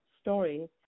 story